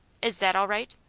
is that all right?